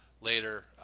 later